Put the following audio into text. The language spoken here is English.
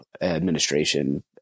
administration